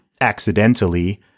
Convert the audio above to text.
accidentally